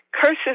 Curses